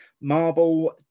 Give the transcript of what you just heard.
Marble